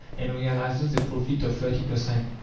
and realizes a profit of thirty per cent.